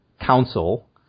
council